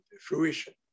fruition